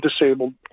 disabled